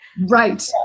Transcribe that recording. Right